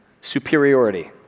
superiority